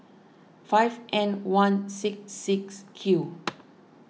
five N one C six Q